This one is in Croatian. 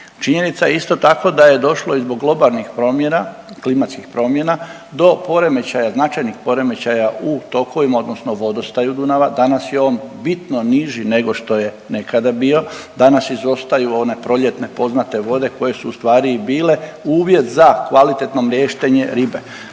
Činjenica je isto tako da je došlo i zbog globalnih promjena, klimatskih promjena do poremećaja, značajnih poremećaja u tokovima, odnosno vodostaju Dunava, danas je on bitno niži nego što je nekada bio. Danas izostaju one proljetne poznate vode koje su ustvari bile uvjet za kvalitetno mriještenje ribe.